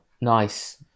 nice